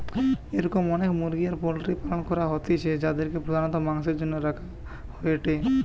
এরম অনেক মুরগি আর পোল্ট্রির পালন করা হইতিছে যাদিরকে প্রধানত মাংসের জন্য রাখা হয়েটে